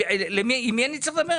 עם מי אני צריך לדבר?